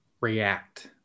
react